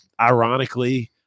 ironically –